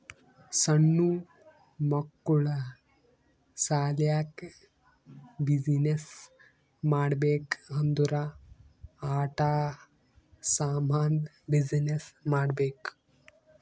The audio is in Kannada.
ಸಣ್ಣು ಮಕ್ಕುಳ ಸಲ್ಯಾಕ್ ಬಿಸಿನ್ನೆಸ್ ಮಾಡ್ಬೇಕ್ ಅಂದುರ್ ಆಟಾ ಸಾಮಂದ್ ಬಿಸಿನ್ನೆಸ್ ಮಾಡ್ಬೇಕ್